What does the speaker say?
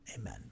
amen